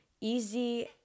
easy